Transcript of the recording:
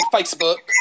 Facebook